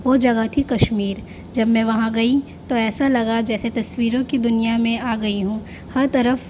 وہ جگہ تھی کشمیر جب میں وہاں گئی تو ایسا لگا جیسے تصویروں کی دنیا میں آ گئی ہوں ہر طرف